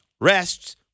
rests